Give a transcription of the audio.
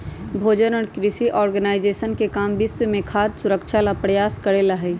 भोजन और कृषि ऑर्गेनाइजेशन के काम विश्व में खाद्य सुरक्षा ला प्रयास करे ला हई